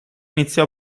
iniziò